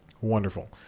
Wonderful